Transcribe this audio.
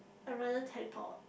I rather teleport